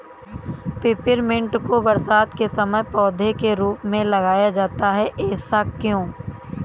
Peppermint को बरसात के समय पौधे के रूप में लगाया जाता है ऐसा क्यो?